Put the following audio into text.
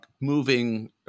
moving